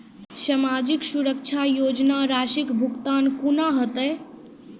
समाजिक सुरक्षा योजना राशिक भुगतान कूना हेतै?